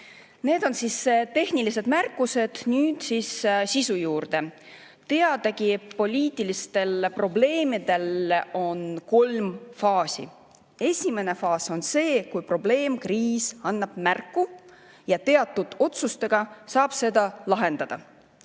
Need on siis tehnilised märkused, nüüd sisu juurde. Teadagi, poliitilistel probleemidel on kolm faasi. Esimene faas on see, kui probleem, kriis annab endast märku ja teatud otsustega saab seda lahendada.